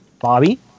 Bobby